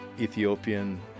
Ethiopian